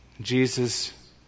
Jesus